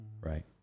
Right